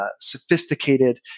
sophisticated